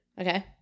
okay